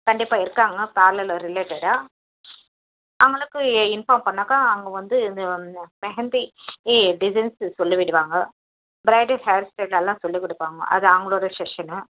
கண்டிப்பாக இருக்காங்க பார்லரில் ரிலேட்டடாக அவங்களுக்கு இன்ஃபார்ம் பண்ணிணாக்கா அவங்க வந்து இது மெஹந்தி இ டிசைன்ஸு சொல்லி விடுவாங்க ப்ரைடல் ஹேர் ஸ்டைல் எல்லாம் சொல்லிக் கொடுப்பாங்க அது அவங்களோட செஷனு